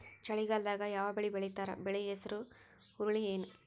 ಚಳಿಗಾಲದಾಗ್ ಯಾವ್ ಬೆಳಿ ಬೆಳಿತಾರ, ಬೆಳಿ ಹೆಸರು ಹುರುಳಿ ಏನ್?